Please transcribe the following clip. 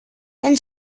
than